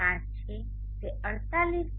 5 છે જે 48